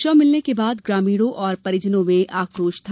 शव मिलने के बाद ग्रामीणों और परिजनों में आक्रोश था